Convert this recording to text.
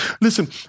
Listen